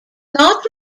not